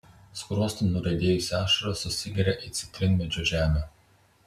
skruostu nuriedėjusi ašara susigeria į citrinmedžio žemę